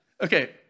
Okay